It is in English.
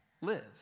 live